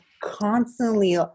constantly